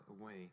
away